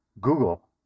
Google